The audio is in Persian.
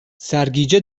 سرگیجه